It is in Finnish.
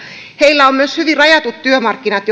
heillä on myös hyvin rajatut työmarkkinat